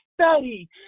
study